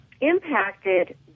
impacted